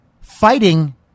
fighting